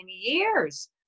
years